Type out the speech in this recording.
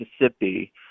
Mississippi